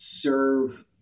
serve